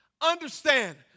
understand